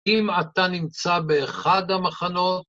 אם אתה נמצא באחד המחנות